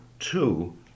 Two